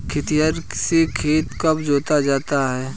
खेतिहर से खेत कब जोता जाता है?